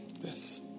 Yes